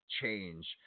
change